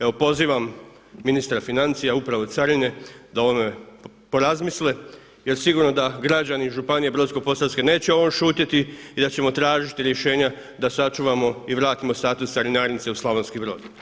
Evo pozivam ministra financija upravo carine da o ovome porazmisle jer sigurno da građani Županije Brodsko Posavske neće o ovome šutjeti i da ćemo tražiti rješenja da sačuvamo i vratimo status carinarnice u Slavonski Broj.